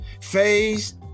Phase